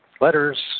Letters